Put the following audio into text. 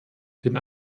den